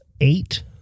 Eight